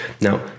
Now